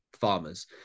farmers